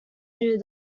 new